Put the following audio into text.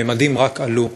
הממדים רק עלו,